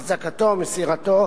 החזקתו או מסירתו,